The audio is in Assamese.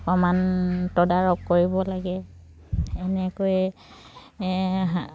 অকণমান তদাৰক কৰিব লাগে এনেকৈয়ে হা